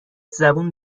زبون